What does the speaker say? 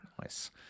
Nice